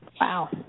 Wow